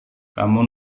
kamu